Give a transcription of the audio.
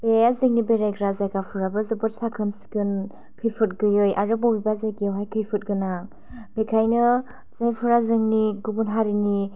बे जोंनि बेरायग्रा जायगाफोराबो जोबोर साखोन सिखोन खैफोद गोयै आरो बबेबा जायगायावहाय खैफोद गोनां बिखायनो जायफोरा जोंनि गुबुन हारिनि